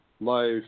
life